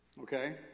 Okay